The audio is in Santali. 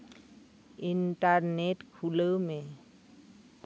ᱤᱱᱴᱟᱨᱱᱮᱹᱴ ᱠᱷᱩᱞᱟᱹᱣ ᱢᱮ